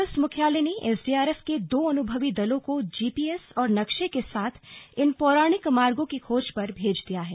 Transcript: police मुख्यालय ने SDRF के दो अनुभवी दलों को जीपीएस और नक्शे के साथ इन पौराणिक मार्गो की खोज पर भेज दिया है